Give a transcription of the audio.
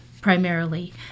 primarily